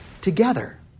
together